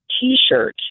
T-shirt